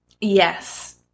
Yes